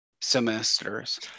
semesters